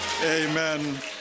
Amen